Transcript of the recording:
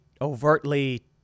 overtly